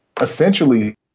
essentially